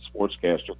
sportscaster